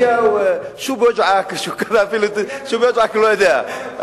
"שו ביווג'עכ" אפילו הוא לא יודע,